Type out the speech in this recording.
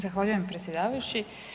Zahvaljujem predsjedavajući.